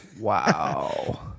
Wow